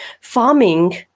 farming